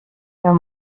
wer